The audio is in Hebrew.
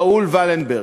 ראול ולנברג.